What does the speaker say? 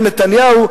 אומר נתניהו,